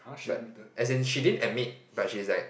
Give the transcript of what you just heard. but as in she didn't admit but she is like